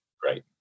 Great